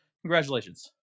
Congratulations